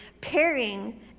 pairing